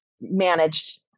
managed